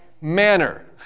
manner